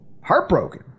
heartbroken